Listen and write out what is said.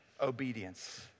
obedience